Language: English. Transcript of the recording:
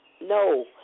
No